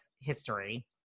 history